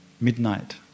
midnight